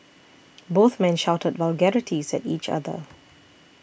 both men shouted vulgarities at each other